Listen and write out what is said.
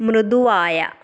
മൃദുവായ